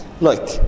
look